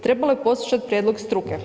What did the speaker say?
Trebalo je poslušati prijedlog struke.